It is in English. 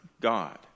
God